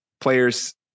players